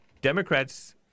Democrats